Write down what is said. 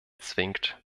zwingt